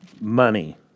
Money